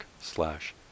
slash